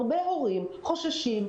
הרבה הורים חוששים.